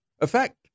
effect